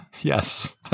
Yes